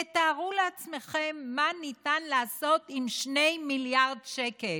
תתארו לעצמכם מה ניתן לעשות עם 2 מיליארד שקלים.